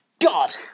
God